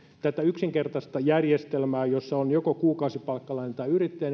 tätä yksinkertaista järjestelmää jossa on joko kuukausipalkkalainen tai yrittäjä